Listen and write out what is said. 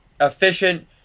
efficient